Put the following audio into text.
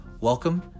Welcome